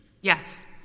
Yes